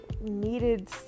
needed